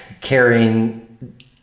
carrying